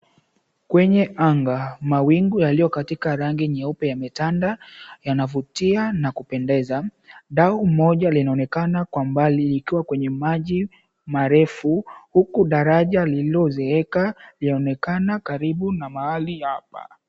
Kwenye anga, mawingu yaliyo katika rangi nyeupe yametanda, yanavutia na kupendeza. Dau moja linaonekana kwa mbali ikiwa kwenye maji marefu huku daraja lililozeeka yaonekana karibu na mahali hapa.